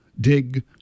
dig